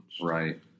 Right